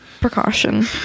precaution